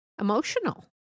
emotional